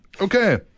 Okay